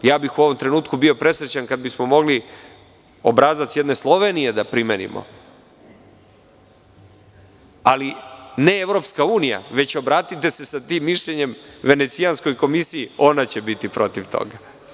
U ovom trenutku bih bio presrećan kada bismo mogli obrazac jedne Slovenije da primenimo, ali ne EU, već obratite se sa tim mišljenjem Venecijanskoj komisiji, ona će biti protiv toga.